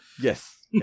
Yes